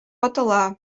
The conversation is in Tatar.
ватыла